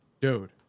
Dude